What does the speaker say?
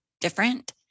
different